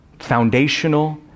foundational